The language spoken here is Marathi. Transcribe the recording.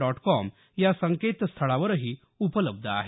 डॉट कॉम या संकेतस्थळावरही उपलब्ध आहे